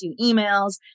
emails